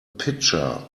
pitcher